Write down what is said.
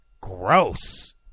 gross